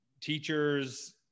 teachers